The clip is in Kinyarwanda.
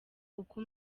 uko